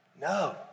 No